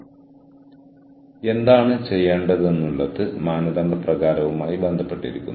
കൂടാതെ നമുക്ക് കൂടുതൽ പരിഹാരങ്ങൾ സൃഷ്ടിക്കേണ്ടതുണ്ട്